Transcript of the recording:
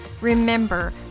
Remember